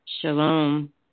Shalom